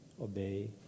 obey